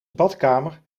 badkamer